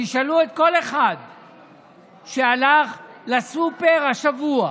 תשאלו את כל אחד שהלך לסופר השבוע.